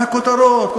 רק כותרות.